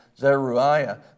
Zeruiah